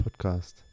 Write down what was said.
Podcast